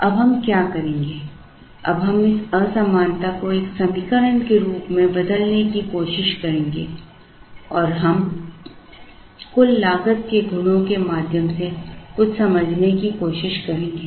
अब हम क्या करेंगे अब हम इस असमानता को एक समीकरण के रूप में बदलने की कोशिश करेंगे और हम कुल लागत के गुणों के माध्यम से कुछ समझने की कोशिश करेंगे